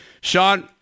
sean